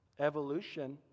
evolution